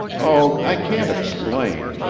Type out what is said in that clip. oh, i can't explain.